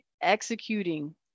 executing